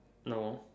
no